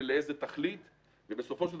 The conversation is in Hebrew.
לאיזו תכלית וכולי.